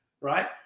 Right